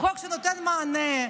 הוא חוק שנותן מענה,